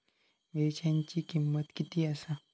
मिरच्यांची किंमत किती आसा?